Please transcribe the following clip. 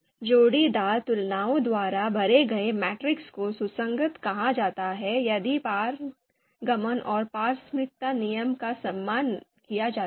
जोड़ीदार तुलनाओं द्वारा भरे गए मैट्रिक्स को सुसंगत कहा जाता है यदि पारगमन और पारस्परिकता नियमों का सम्मान किया जाता है